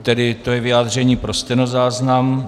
Tedy to je vyjádření pro stenozáznam.